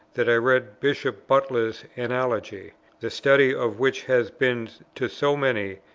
that i read bishop butler's analogy the study of which has been to so many,